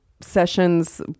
sessions